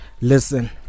Listen